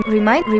Remind